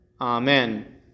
Amen